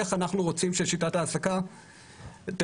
איך אנחנו רוצים ששיטת ההעסקה תיראה,